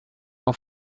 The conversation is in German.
auf